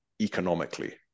economically